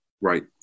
Right